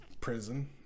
prison